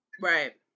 Right